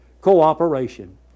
cooperation